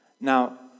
Now